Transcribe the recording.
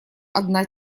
одна